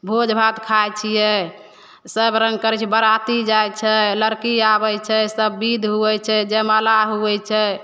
भोज भात खाइ छियै सबरङ्ग करै जे बराती जाइ छै लड़की आबै छै सबविध होइ छै जयमाला होइ छै